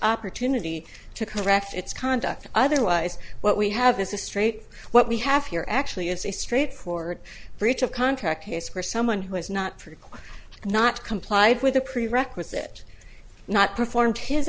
opportunity to correct its conduct otherwise what we have this is straight what we have here actually is a straightforward breach of contract case where someone who has not frequent not complied with a prerequisite not performed his